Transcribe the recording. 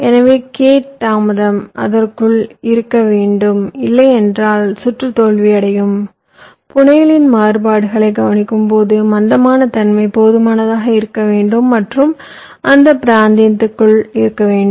எனவே கேட் தாமதம் அதற்குள் இருக்க வேண்டும் இல்லை என்றால் சுற்று தோல்வியடையும் புனையலின் மாறுபாடுகளை கவனிக்கும்போது மந்தமான தன்மை போதுமானதாக இருக்க வேண்டும் மற்றும் அந்த பிராந்தியங்களுக்குள் இருக்க வேண்டும்